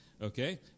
Okay